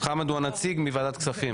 הנציג מוועדת כספים.